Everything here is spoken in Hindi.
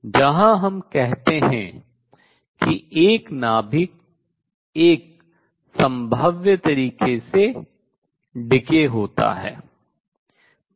जहां हम कहते हैं कि एक नाभिक एक संभाव्य तरीके से क्षय होता है